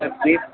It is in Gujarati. તકદીર